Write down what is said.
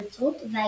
הנצרות והאסלאם.